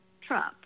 Trump